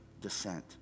descent